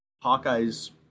Hawkeye's